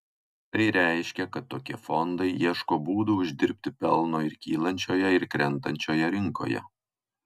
tai reiškia kad tokie fondai ieško būdų uždirbti pelno ir kylančioje ir krentančioje rinkoje